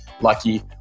lucky